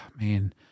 man